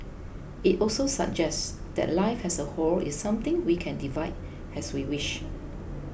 it also suggests that life as a whole is something we can divide as we wish